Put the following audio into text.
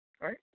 right